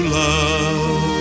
love